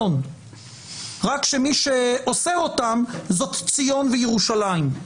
רק שמי שאוסר אותן זאת ציון וירושלים.